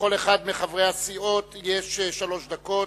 לכל אחד מחברי הסיעות יש שלוש דקות